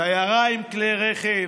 שיירה עם כלי רכב,